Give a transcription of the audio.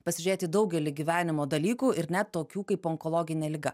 pasižiūrėti į daugelį gyvenimo dalykų ir net tokių kaip onkologinė liga